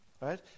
Right